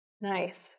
Nice